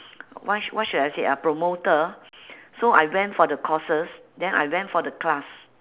what sh~ what should I say ah promoter so I went for the courses then I went for the class